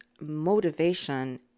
motivation